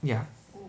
ya